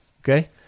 Okay